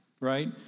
right